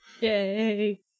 Yay